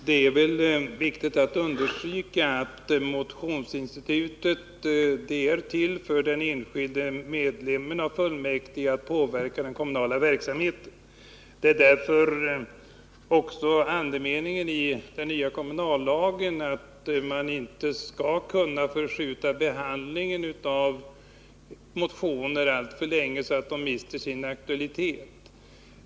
Fru talman! Det är viktigt att understryka att motionsinstitutet är till för den enskilde ledamoten i kommunfullmäktige när det gäller att påverka den kommunala verksamheten. Andemeningen i den nya kommunallagen är därför att man inte skall kunna uppskjuta behandlingen av motioner alltför länge så att de mister sin aktualitet.